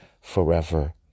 forever